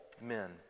men